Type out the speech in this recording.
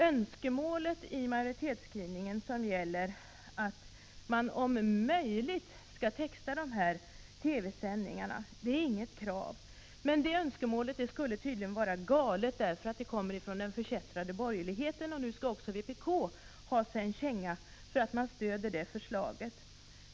Önskemålet i majoritetsskrivningen, som gäller att man om möjligt skall texta de här TV-sändningarna, är inget krav. Men det önskemålet skulle tydligen vara galet därför att det kommer från den förkättrade borgerligheten, och nu skall också vpk ha sig en känga för att det stöder förslaget.